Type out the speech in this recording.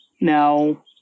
Now